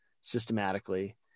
systematically